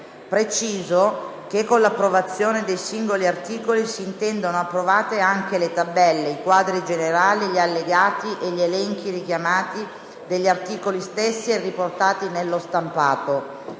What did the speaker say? Preciso che con l'approvazione dei singoli articoli si intendono approvati anche le tabelle, i quadri generali, gli allegati e gli elenchi richiamati dagli articoli stessi e riportati nello stampato.